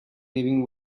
living